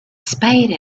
spade